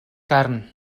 carn